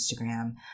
instagram